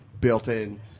built-in